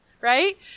Right